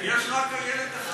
יש רק איילת אחת כרגע.